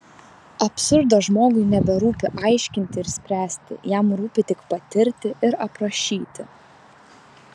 absurdo žmogui neberūpi aiškinti ir spręsti jam rūpi tik patirti ir aprašyti